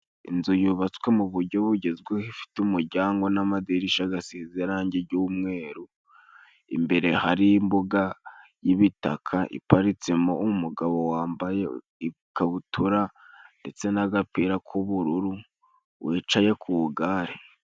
Inzu yubatswe mu buryo bugezweho, ifite umuryango n'amadirishya asize irangi ry'umweru, imbere hari imbuga y'ibitaka iparitsemo umugabo wambaye ikabutura, ndetse n'agapira k'ubururu wicaye ku igare.